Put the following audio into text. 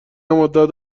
مدت